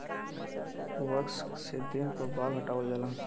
wax से देह क बाल हटावल जाला